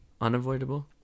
Unavoidable